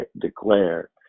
declare